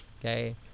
okay